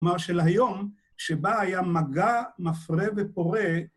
כלומר של היום, שבה היה מגע מפרה ופורה